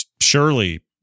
surely